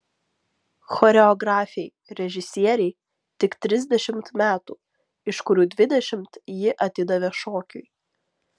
choreografei režisierei tik trisdešimt metų iš kurių dvidešimt ji atidavė šokiui